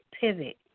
pivot